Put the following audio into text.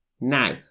Now